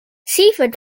seaford